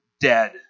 dead